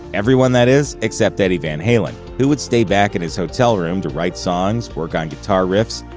everyone, that is, except eddie van halen, who would stay back in his hotel room to write songs, work on guitar riffs,